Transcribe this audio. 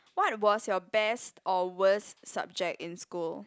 what was your best or worst subject in school